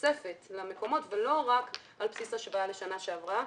תוספת למקומות ולא רק על בסיס השוואה לשנה שעברה.